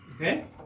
Okay